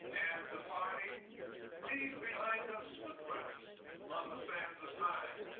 and, departing, leave behind us footprints on the sands of time.